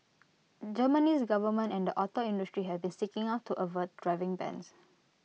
Germany's government and the auto industry have been seeking to avert driving bans